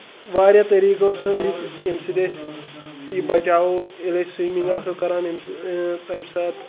واریاہ طٔریٖقہٕ اوس ییٚتہِ ییٚمہِ سۭتۍ أسۍ یہِ بَچاوو ییٚلہِ أسۍ سُوِمِنٛگ آسو کران تَمہِ ساتہٕ